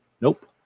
nope